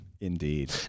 Indeed